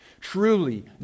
Truly